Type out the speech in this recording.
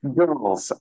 girls